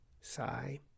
Sigh